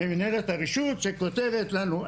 ממנהלת הרשות שכותבת לנו,